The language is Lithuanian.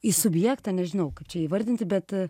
į subjektą nežinau kaip čia įvardinti bet